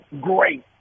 great